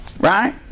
Right